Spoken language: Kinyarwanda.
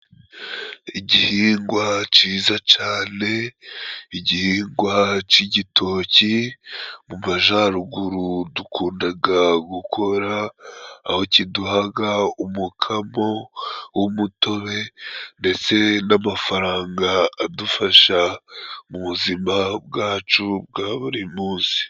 Igihingwa cyiza cane igihingwa c'igitoki mu majaruguru dukundaga gukora aho kiduhaga umukamo w'umutobe ndetse n'amafaranga adufasha mu buzima bwacu bwa buri munsi.